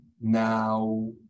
Now